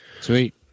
Sweet